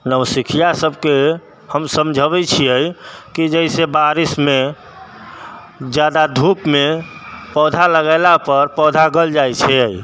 नवसिखुआ सबके हम समझाबै छिए कि जइसे बारिशमे ज्यादा धूपमे पौधा लगेलापर पौधा गलि जाइ छै